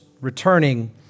returning